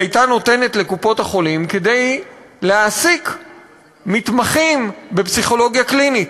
הייתה נותנת לקופות-החולים כדי להעסיק מתמחים בפסיכולוגיה קלינית,